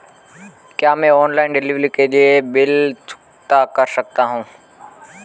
क्या मैं online delivery के भी बिल चुकता कर सकता हूँ?